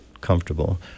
comfortable